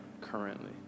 currently